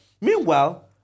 Meanwhile